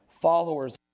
followers